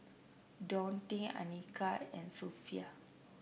Daunte Anika and Sophie